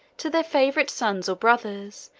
to their favorite sons or brothers,